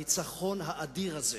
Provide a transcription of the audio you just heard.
הניצחון האדיר הזה